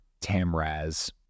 Tamraz